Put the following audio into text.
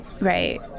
Right